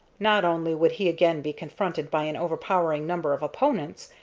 not only would he again be confronted by an overpowering number of opponents,